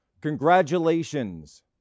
Congratulations